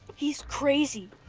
he's crazy!